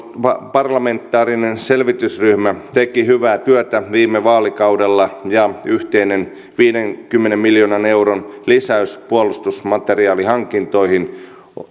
parlamentaarinen selvitysryhmä teki hyvää työtä viime vaalikaudella ja yhteinen viidenkymmenen miljoonan euron lisäys puolustusmateriaalihankintoihin